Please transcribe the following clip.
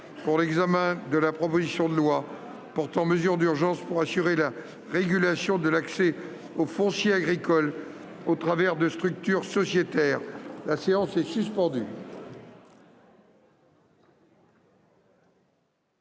aujourd'hui la proposition de loi portant mesures d'urgence pour assurer la régulation de l'accès au foncier agricole au travers de structures sociétaires. Le foncier agricole